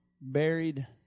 buried